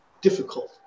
difficult